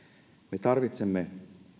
me tarvitsemme